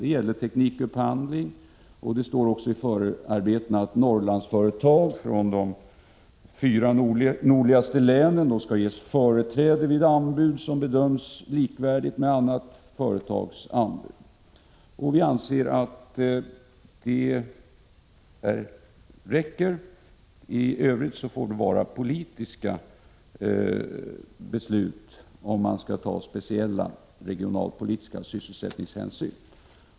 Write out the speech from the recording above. Det är fråga om teknikupphandling, och det står även i förarbetena att Norrlandsföretag, alltså företag i de fyra nordligaste länen, skall ges företräde vid anbud som bedöms likvärdigt med annat företags anbud. Vi anser att detta räcker. I övrigt får det bli politiska beslut, om man skall ta speciella regionalpolitiska sysselsättningshänsyn.